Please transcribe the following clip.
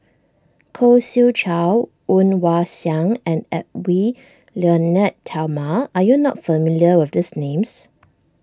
Khoo Swee Chiow Woon Wah Siang and Edwy Lyonet Talma are you not familiar with these names